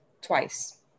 twice